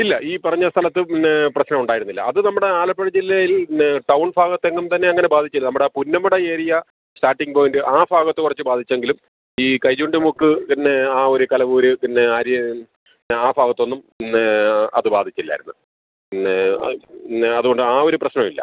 ഇല്ല ഈ പറഞ്ഞ സ്ഥലത്ത് പിന്നെ പ്രശ്നം ഉണ്ടായിരുന്നില്ല അത് നമ്മുടെ ആലപ്പുഴ ജില്ലയിൽ നേ ടൗൺ ഭാഗത്തെങ്ങും തന്നെ അങ്ങനെ ബാധിച്ചില്ല നമ്മുടെ പുന്നമട ഏരിയ സ്റ്റാർട്ടിംഗ് പോയിൻറ്റ് ആ ഭാഗത്ത് കുറച്ച് ബാധിച്ചെങ്കിലും ഈ കൈ ചൂണ്ടിമുക്ക് പിന്നെ ആ ഒരു കലവൂർ പിന്നെ ആര്യൻ ആ ഭാഗത്തൊന്നും പിന്നെ ആ അത് ബാധിച്ചില്ലായിരുന്നു പിന്നെ അത് നേ അതുകൊണ്ട് ആ ഒരു പ്രശ്നം ഇല്ല